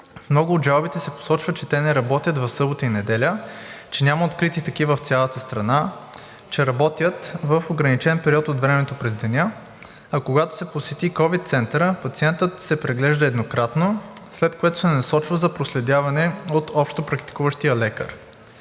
много от жалбите се посочва, че те не работят в събота и неделя, че няма открити такива в цялата страна, че работят в ограничен период от времето през деня, а когато се посети COVID центърът, пациентът се преглежда еднократно, след което се насочва за проследяване от общопрактикуващия лекар.